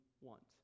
want